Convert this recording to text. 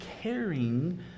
caring